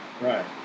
Right